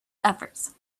efforts